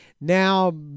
Now